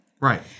Right